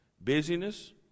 Busyness